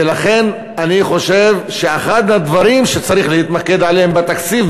ולכן אני חושב שאחד הדברים שצריך להתמקד בהם בתקציב,